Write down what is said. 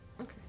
Okay